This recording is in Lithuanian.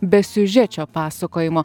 besiužečio pasakojimo